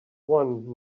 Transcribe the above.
won